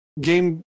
Game